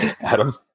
Adam